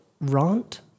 Rant